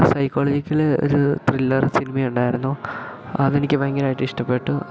psychological ഒരു thriller cinema ഉണ്ടായിരുന്നു അതെനിക്ക് ഭയങ്കരമായിട്ട് ഇഷ്ടപ്പെട്ടു